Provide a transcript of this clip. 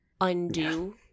undo